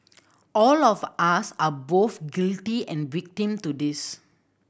all of us are both guilty and victim to this